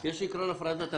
יש עקרון הפרדת הרשויות.